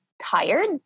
tired